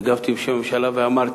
הגבתי בשם הממשלה ואמרתי: